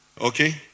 Okay